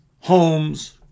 homes